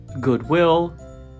goodwill